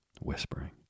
whispering